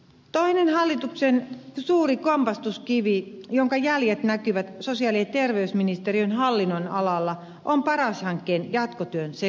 toinen hallituksen suuri kompastuskivi jonka jäljet näkyvät sosiaali ja terveysministeriön hallinnonalalla on paras hankkeen jatkotyön sekavuus